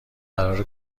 قرار